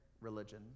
religion